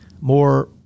more